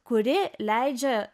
kuri leidžia